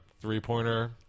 three-pointer